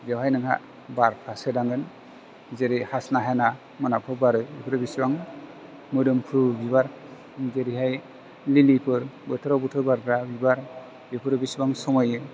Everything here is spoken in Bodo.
बेवहाइ नोंहा बारफ्रा सोदांगोन जेरै हासना हेना मोनाफ्राव बारो बिसिबां मोदोमफ्रु बिबार जेरैहाइ लिलिफोर बोथोरावबोथ' बारग्रा बिबार बिफोरो बिसिबां समायो